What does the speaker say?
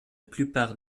plupart